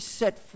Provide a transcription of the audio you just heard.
set